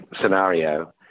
scenario